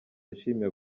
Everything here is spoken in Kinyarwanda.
yashimiye